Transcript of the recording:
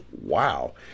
wow